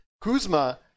Kuzma